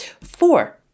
Four